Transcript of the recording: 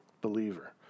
believer